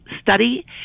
study